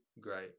great